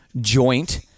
joint